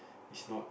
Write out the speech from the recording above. it's not